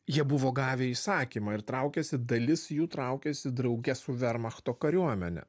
jie buvo gavę įsakymą ir traukiasi dalis jų traukiasi drauge su vermachto kariuomene